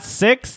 six